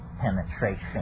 penetration